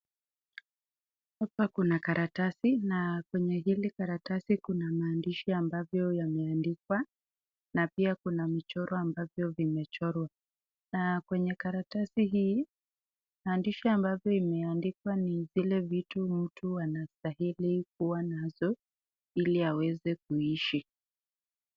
Hapa kuna karatasi na kwenye hili karatasi kuna maandishi ambavyo yameandikwa na pia kuna michoro ambavyo vimechorwa. Na kwenye karatasi hii maandishi ambavyo imeandikwa ni vile vitu mtu anastahili kuwa nazo ili aweze kuishi.